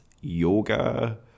yoga